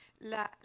la